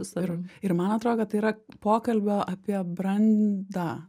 visur ir man atrodo kad tai yra pokalbio apie brandą